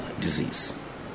disease